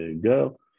girl